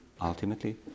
ultimately